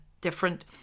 different